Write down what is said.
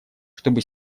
чтобы